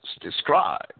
described